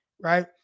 right